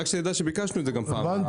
רק שתדע שביקשנו את זה גם בפעם הקודמת.